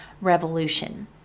revolution